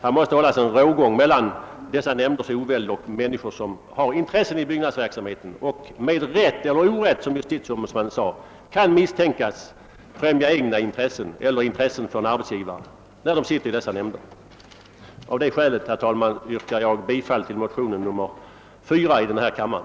Det måste i oväldens namn dras upp en rågång mellan ifrågavarande nämnder och personer som har intressen i byggnadsverksamheten och som — »med rätt eller orätt«, såsom JO uttryckte sig — kan misstänkas främja sina egna eller sin arbetsgivares intressen. Med hänvisning härtill ber jag att få yrka bifall till motionen II: 4.